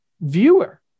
viewer